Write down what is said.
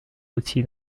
aussi